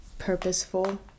purposeful